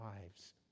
lives